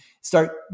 start